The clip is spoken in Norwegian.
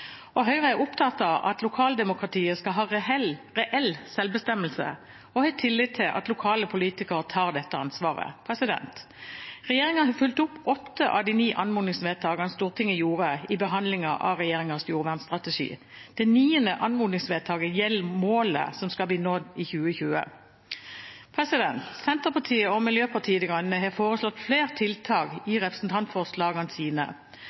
og Høyre er opptatt av at lokaldemokratiet skal ha reell selvbestemmelse, og har tillit til at lokale politikere tar dette ansvaret. Regjeringen har fulgt opp åtte av de ni anmodningsvedtakene som Stortinget fattet i forbindelse med behandlingen av regjeringens jordvernstrategi. Det niende anmodningsvedtaket gjelder målet som skal bli nådd i 2020. Senterpartiet og Miljøpartiet De Grønne har foreslått flere tiltak i representantforslagene sine,